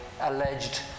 alleged